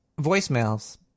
voicemails